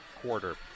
quarter